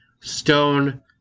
stone